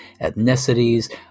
ethnicities